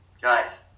guys